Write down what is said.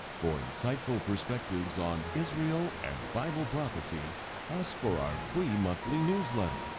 for insightful perspectives on israel and bible prophecy ask for our free monthly newsletter,